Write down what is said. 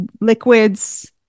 liquids